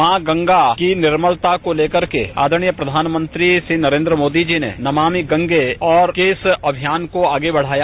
मां गंगा की निर्मलता को लेकर के आदरणीय प्रधानमंत्री जी नरेन्द्र मोदी जी नमानि गंगे अभियान को आगे बढ़ाया